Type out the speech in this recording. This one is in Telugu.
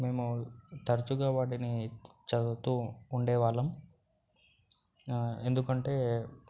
మేము తరచుగా వాడిని చదువుతు ఉండే వాళ్ళం ఎందుకంటే